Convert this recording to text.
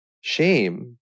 Shame